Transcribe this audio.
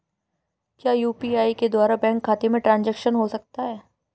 क्या यू.पी.आई के द्वारा बैंक खाते में ट्रैन्ज़ैक्शन हो सकता है?